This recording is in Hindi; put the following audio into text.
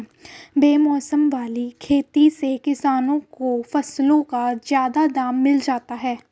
बेमौसम वाली खेती से किसानों को फसलों का ज्यादा दाम मिल जाता है